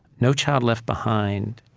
no child left behind,